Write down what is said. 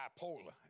Bipolar